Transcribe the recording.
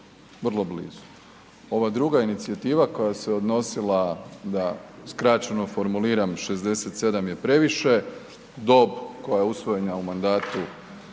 vrlo blizu. Ova druga inicijativa koja se odnosila da, skraćeno formuliram, 67 je previše, dob koja je usvojena u mandatu